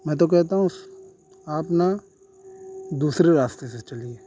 میں تو کہتا ہوں آپ نا دوسرے راستے سے چلیے